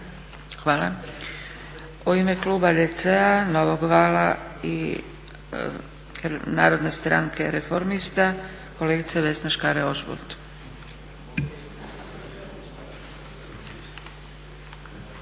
(SDP)** U ime kluba DC-a, Novog vala i Narodne stranke reformista, kolegica Vesna Škare-Ožbolt.